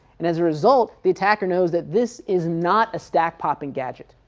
and as a result, the attacker knows that this is not a stack popping gadget.